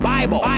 Bible